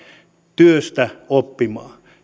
työstä oppimaan